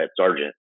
sergeant